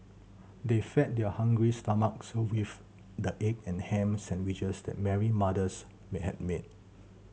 they fed their hungry stomachs with the egg and ham sandwiches that Mary mother's may had made